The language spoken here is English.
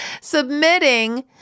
submitting